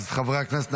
חברי הכנסת,